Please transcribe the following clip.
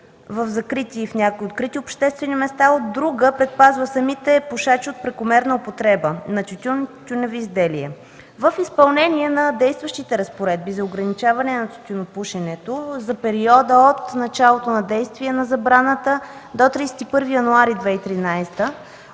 в закрити и в някои открити обществени места. От друга, предпазва самите пушачи от прекомерна употреба на тютюн и тютюневи изделия. В изпълнение на действащите разпоредби за ограничаване на тютюнопушенето за периода от началото на действие на забраната до 31 януари 2013